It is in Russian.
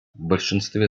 большинстве